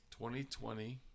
2020